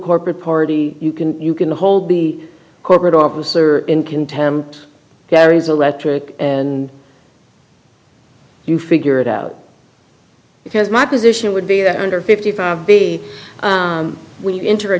corporate party you can you can hold the corporate office or in contempt garry's electric and you figure it out because my position would be that under fifty five b when you enter a